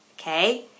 okay